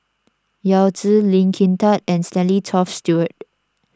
Yao Zi Lee Kin Tat and Stanley Toft Stewart